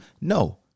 No